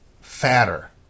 fatter